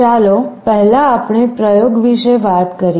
ચાલો પહેલા આપણે પ્રયોગ વિશે વાત કરીએ